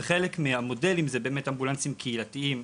וחלק מהמודלים זה אמבולנסים קהילתיים,